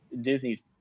Disney